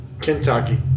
Kentucky